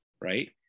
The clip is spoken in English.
right